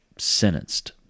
sentenced